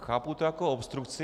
Chápu to jako obstrukci.